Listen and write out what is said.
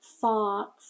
thoughts